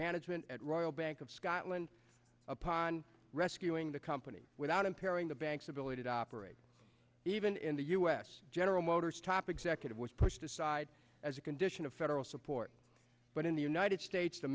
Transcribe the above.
management at royal bank of scotland upon rescuing the company without impairing the bank's ability to operate even in the us general motors top executive was pushed aside as a condition of federal support but in the united states the